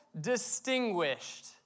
distinguished